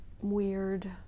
weird